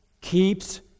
keeps